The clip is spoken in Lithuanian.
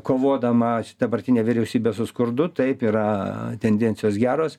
kovodamas dabartinė vyriausybė su skurdu taip yra tendencijos geros